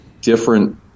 different